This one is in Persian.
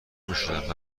میشدم